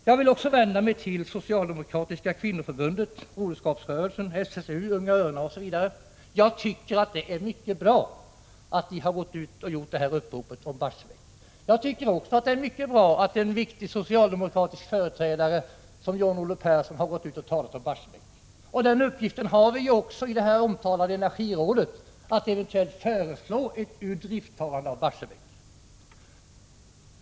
Jag vill också vända mig till Socialdemokratiska kvinnoförbundet, broderskapsrörelsen, SSU, Unga örnar osv. Jag tycker att det är mycket bra att ni har utarbetat uppropet om Barsebäck. Det är också mycket bra att en viktig socialdemokratisk företrädare som John-Olle Persson har gått ut och talat om Barsebäck. Även vi i det omtalade Energirådet har uppgiften att eventuellt föreslå ett urdriftstagande av Barsebäck.